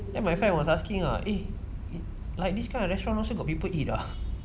ah my friend was asking ah eh like this kind of restaurant also got people eat ah